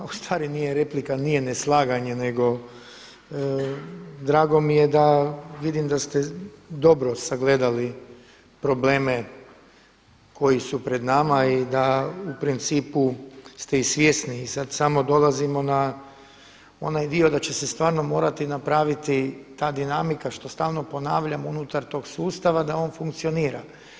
A ustvari nije replika, nije neslaganje nego drago mi je da vidim da ste dobro sagledali probleme koji su pred nama i da u principu ste i svjesni i sad samo dolazimo na onaj dio da će se stvarno morati napraviti ta dinamika što stalo ponavljam unutar tog sustava da on funkcionira.